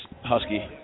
Husky